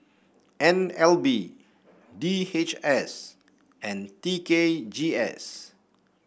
N L B D H S and T K G S